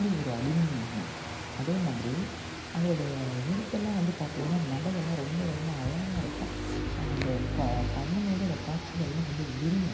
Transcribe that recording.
அப்படி ஒரு அடிமை நான் அதே மாதிரி அவருடைய எழுத்தெல்லாம் வந்து பார்த்தீங்கன்னா நடையெல்லாம் ரொம்ப ரொம்ப அழகாக இருக்கும் அந்த கா கண் முன்னாடி அதை காட்சிகளெலாம் வந்து விரியும்